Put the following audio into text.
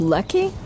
Lucky